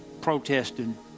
protesting